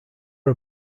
are